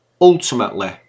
Ultimately